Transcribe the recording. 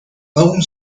aún